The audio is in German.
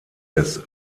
des